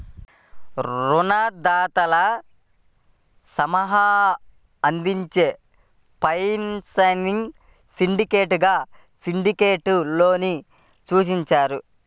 రుణదాతల సమూహం అందించే ఫైనాన్సింగ్ సిండికేట్గా సిండికేట్ లోన్ ని సూచిస్తారు